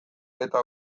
eta